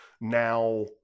Now